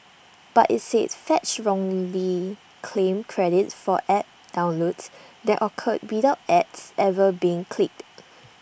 but IT said fetch wrongly claimed credit for app downloads that occurred without ads ever being clicked